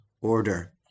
order